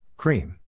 Cream